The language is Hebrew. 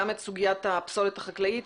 גם את סוגיית הפסולת החקלאית.